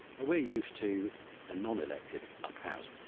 well we're used to a non-elected upper house.